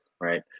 right